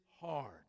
hard